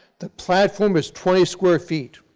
the platform is twenty square feet.